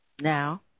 Now